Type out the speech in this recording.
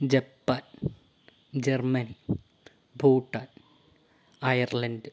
Japan Germany Bhutan Ireland